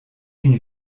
une